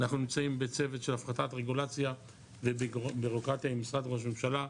אנחנו נמצאים בצוות של הפחתת רגולציה ובירוקרטיה עם משרד ראש הממשלה,